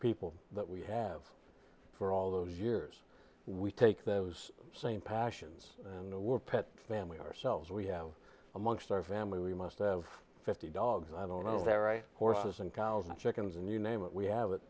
people that we have for all those years we take those same passions and we're pet family ourselves we have amongst our family we most of fifty dogs i don't know their right horses and cows and chickens and you name it we have it